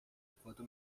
enquanto